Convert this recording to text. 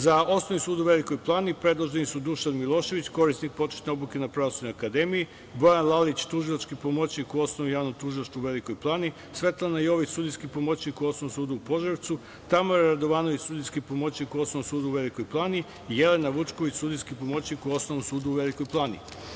Za Osnovni sud u Velikoj Plani predloženi su: Dušan Milošević, korisnik početne obuke na Pravosudnoj akademiji, Goran Lalić, tužilački pomoćnik u Osnovnom javnom tužilaštvu u Velikoj Plani, Svetlana Jović, sudijski pomoćnik u Osnovnom sudu u Požarevcu, Tamara Radovanović, sudijski pomoćnik u Osnovnom sudu u Velikoj Plani, Jelena Vučković, sudijski pomoćnik u Osnovnom sudu u Velikoj Plani.